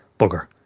bugger.